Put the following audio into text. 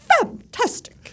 fantastic